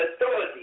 authority